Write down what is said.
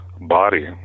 body